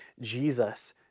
Jesus